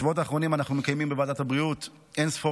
בשבועות האחרונים אנו מקיימים בוועדת הבריאות אין-ספור